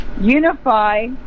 unify